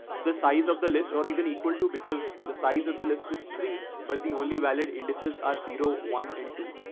the size of the list or even equal to, because the size of the list is three, but the only valid indices are zero one and two.